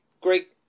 great